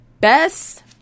Best